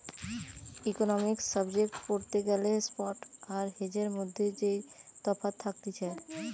economics subject পড়তে গ্যালে spot আর হেজের মধ্যে যেই তফাৎ থাকতিছে